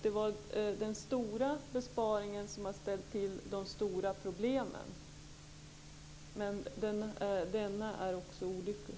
Det är den stora besparingen som har ställt till de stora problemen. Men denna besparing är också olycklig.